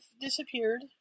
disappeared